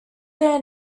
their